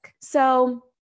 So-